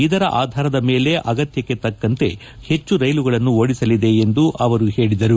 ಇದರ ಆಧಾರದ ಮೇಲೆ ಅಗತ್ಯಕ್ಕೆ ತಕ್ಕಂತೆ ಹೆಚ್ಚು ರೈಲುಗಳನ್ನು ಓಡಿಸಲಿದೆ ಎಂದು ಹೇಳಿದರು